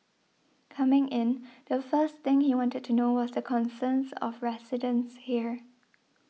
coming in the first thing he wanted to know was the concerns of residents here